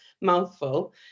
mouthful